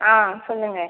ஆ சொல்லுங்கள்